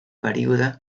període